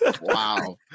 Wow